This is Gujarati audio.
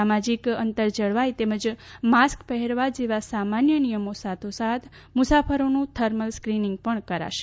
સામાજિક નિયમો અંતર તેમજ માસ્ક પહેરવા જેવા સામાન્ય નિયમો સાથો સાથ મુસાફરોનું થર્મલ સ્કિનિંગ પણ કરાશે